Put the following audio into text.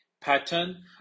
pattern